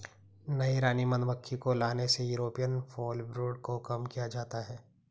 नई रानी मधुमक्खी को लाने से यूरोपियन फॉलब्रूड को कम किया जा सकता है